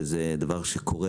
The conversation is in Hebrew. זה דבר שקורה,